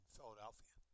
Philadelphia